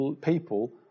people